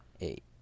Eight